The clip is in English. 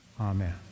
Amen